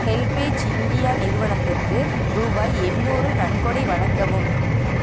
HelpAge India நிறுவனத்திற்கு ரூபாய் எண்ணூறு நன்கொடை வழங்கவும்